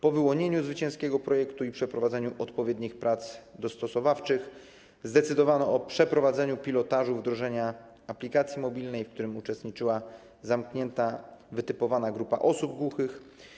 Po wyłonieniu zwycięskiego projektu i przeprowadzeniu odpowiednich prac dostosowawczych zdecydowano o przeprowadzeniu pilotażu wdrożenia aplikacji mobilnej, w którym uczestniczyła zamknięta, wytypowana grupa osób głuchych.